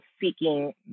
seeking